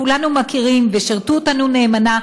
שכולנו מכירים ושירתו אותנו נאמנה,